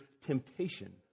temptation